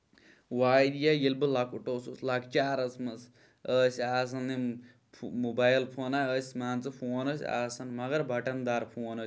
واریاہ ییٚلہِ بہٕ لۄکُٹ اوسُس لۄکچارَس منٛز ٲسۍ آسان یِم موبایِل فونہ ٲسۍ مان ژٕ فون ٲسۍ آسان مَگر بوٚٹن دار فون ٲسۍ آسان